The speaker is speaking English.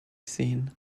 seen